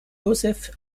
joseph